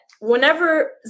whenever